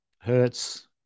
Hertz